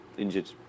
Injured